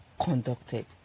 conducted